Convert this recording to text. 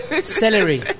Celery